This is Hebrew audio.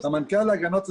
למנכ"ל להגנת הסביבה,